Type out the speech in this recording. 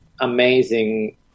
amazing